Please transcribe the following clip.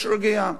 יש רגיעה.